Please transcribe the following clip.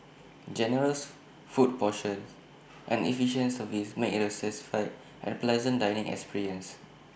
generous food portions and efficient service make IT A satisfied and pleasant dining experience